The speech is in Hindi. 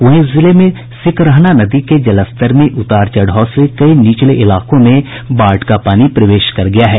वहीं जिले में सिकरहना नदी के जलस्तर में उतार चढ़ाव से कई निचले इलाकों में बाढ़ का पानी प्रवेश कर गया है